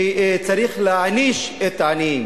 שצריך להעניש את העניים.